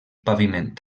paviment